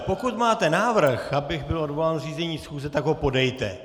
Pokud máte návrh, abych byl odvolán z řízení schůze, tak ho podejte.